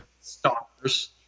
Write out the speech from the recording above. Stalkers